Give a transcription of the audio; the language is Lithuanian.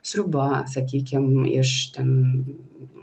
sriuba sakykim iš ten